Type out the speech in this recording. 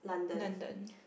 London